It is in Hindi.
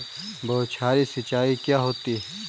बौछारी सिंचाई क्या होती है?